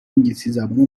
انگلیسیزبان